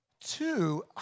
Two